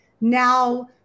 Now